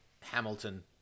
Hamilton